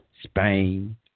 Spain